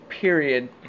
Period